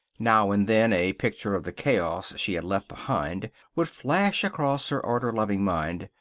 now and then a picture of the chaos she had left behind would flash across her order-loving mind.